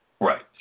Right